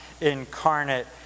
incarnate